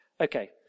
Okay